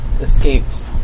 escaped